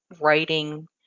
writing